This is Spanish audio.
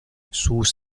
sus